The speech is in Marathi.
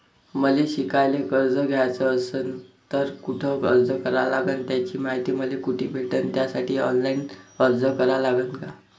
मले शिकायले कर्ज घ्याच असन तर कुठ अर्ज करा लागन त्याची मायती मले कुठी भेटन त्यासाठी ऑनलाईन अर्ज करा लागन का?